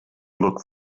look